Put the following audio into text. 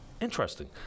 interesting